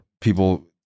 people